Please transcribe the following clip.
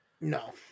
no